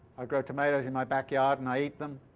i grow tomatoes in my backyard and i eat them,